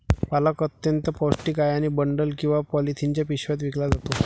पालक अत्यंत पौष्टिक आहे आणि बंडल किंवा पॉलिथिनच्या पिशव्यात विकला जातो